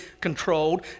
controlled